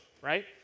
right